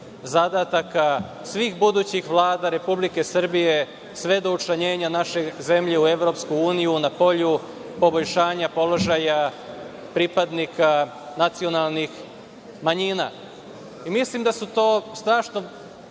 zadataka svih budućih Vlada Republike Srbije, sve do učlanjenja naše zemlje u EU na polju poboljšanja položaja pripadnika nacionalnih manjina. Mislim da su to strašno